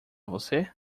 você